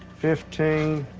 fifteen,